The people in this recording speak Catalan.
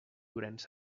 llorenç